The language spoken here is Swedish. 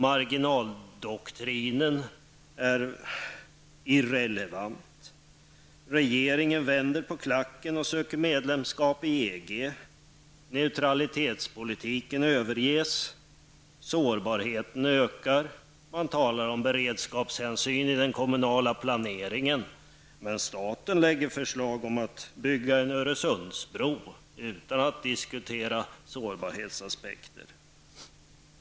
Marginaldoktrinen är irrelevant. Regeringen vänder på klacken och ansöker om medlemskap i EG. Neutralitetspolitiken överges. Sårbarheten ökar. Man talar om beredskapshänsynen i den kommunala planeringen. Men staten lägger fram förslag om byggandet av en Öresundsbro utan att det förs diskussioner om sårbarhetsaspekten.